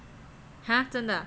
!huh! 真的 ah